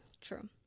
true